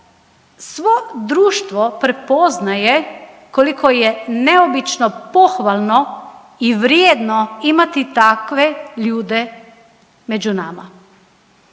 svo društvo prepoznaje koliko je neobično pohvalno i vrijedno imati takve ljude među nama,